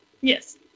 Yes